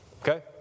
Okay